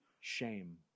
shame